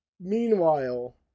Meanwhile